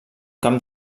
camp